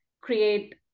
create